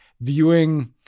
viewing